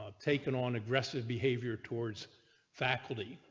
ah taken on aggressive behavior towards faculty.